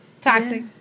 toxic